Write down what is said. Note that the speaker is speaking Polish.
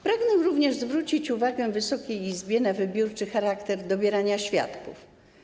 Pragnę również zwrócić uwagę Wysokiej Izbie na wybiórczy charakter dobierania świadków.